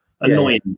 annoying